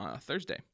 thursday